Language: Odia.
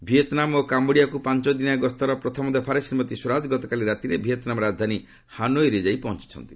ଭିଏତ୍ନାମ୍ ଓ କାୟୋଡିଆକୁ ପାଞ୍ଚ ଦିନିଆ ଗସ୍ତର ପ୍ରଥମ ଦଫାରେ ଶ୍ରୀମତି ସ୍ୱରାଜ ଗତକାଲି ରାତିରେ ଭିଏତନାମ୍ ରାଜଧାନୀ ହାନୋଇରେ ଯାଇ ପହଞ୍ଚିଛନ୍ତି